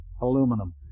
aluminum